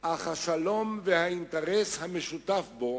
אך השלום והאינטרס המשותף בו